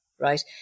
right